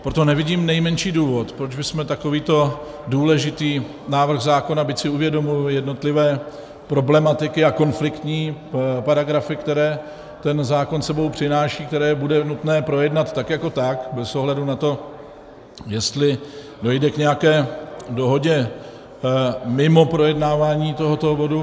Proto nevidím nejmenší důvod, proč bychom takovýto důležitý návrh zákona, byť si uvědomuji jednotlivé problematiky a konfliktní paragrafy, které ten zákon s sebou přináší, které bude nutné projednat tak jako tak bez ohledu na to, jestli dojde k nějaké dohodě mimo projednávání tohoto bodu.